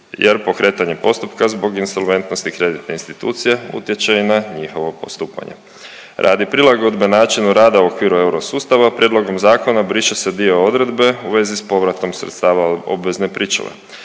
jer pokretanje postupka zbog insolventnosti kreditne institucije utječe i na njihovo postupanje. Radi prilagodbe načinu rada u okviru eurosustava prijedlogom zakona briše se dio odredbe u vezi s povratom sredstava od obvezne pričuve.